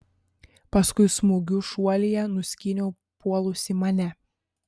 paskui smūgiu šuolyje nuskyniau puolusį mane